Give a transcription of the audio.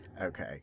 Okay